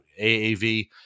AAV